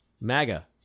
MAGA